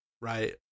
right